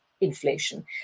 inflation